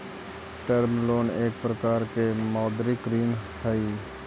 term loan एक प्रकार के मौदृक ऋण हई